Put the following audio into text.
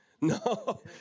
No